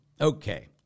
okay